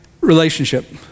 relationship